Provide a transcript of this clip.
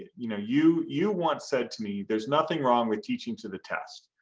you know you you once said to me there's nothing wrong with teaching to the test,